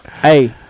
hey